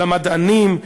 למדענים,